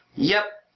yep!